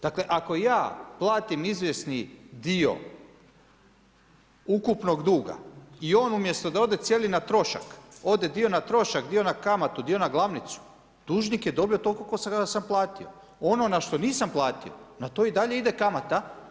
Dakle ako ja platim izvjesni dio ukupnog duga i on umjesto da ode cijeli na trošak, ode dio na trošak, dio na kamatu, dio na glavnicu, dužnik je dobio toliko koliko … ono na što nisam platio, na to i dalje ide kamata.